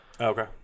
Okay